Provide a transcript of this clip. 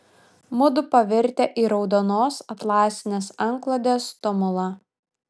mudu pavirtę į raudonos atlasinės antklodės tumulą